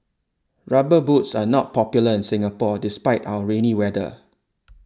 rubber boots are not popular in Singapore despite our rainy weather